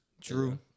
Drew